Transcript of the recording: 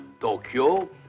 Tokyo